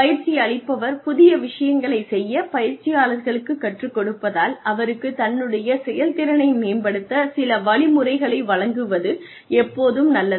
பயிற்சியளிப்பவர் புதிய விஷயங்களைச் செய்ய பயிற்சியாளருக்கு கற்றுக் கொடுப்பதால் அவருக்கு தன்னுடைய செயல்திறனை மேம்படுத்த சில வழிமுறைகளை வழங்குவது எப்போதும் நல்லது